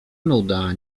nuda